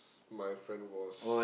my friend was